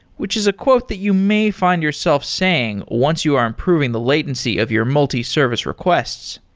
which is a quote that you may find yourself saying once you are improving the latency of your multi-service requests